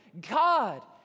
God